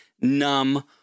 numb